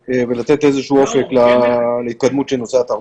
ולתת איזה שהוא אופק להתקדמות של נושא התרבות.